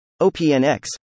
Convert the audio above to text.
OPNX